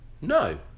No